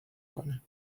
کنه